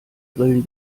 grillen